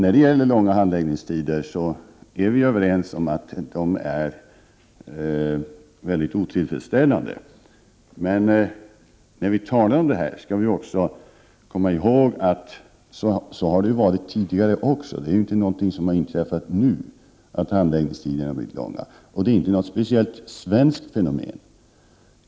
Vi är överens om att det är mycket otillfredsställande med de långa handläggningstiderna. Men när vi talar om detta skall vi komma ihåg att det har varit så även tidigare. De långa handläggningstiderna är inte något nytt. Det är inte heller något speciellt svenskt fenomen.